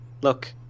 Look